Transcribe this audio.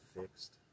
fixed